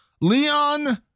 leon